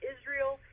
Israel